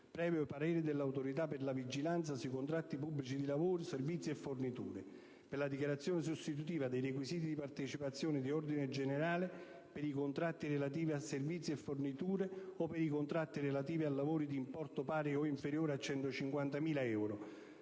previo parere dell'Autorità per la vigilanza sui contratti pubblici di lavori, servizi e forniture, per la dichiarazione sostitutiva dei requisiti di partecipazione di ordine generale e, per i contratti relativi a servizi e forniture o per i contratti relativi a lavori di importo pari o inferiore a 150.000 euro,